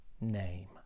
name